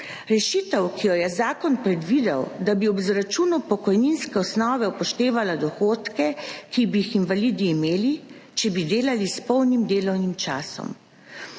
Rešitev, ki jo je zakon predvidel, da bi ob izračunu pokojninske osnove upoštevali dohodke, ki bi jih invalidi imeli, če bi delali s polnim delovnim časom.